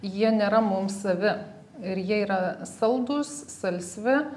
jie nėra mum savi ir jie yra saldūs salsvi